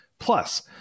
Plus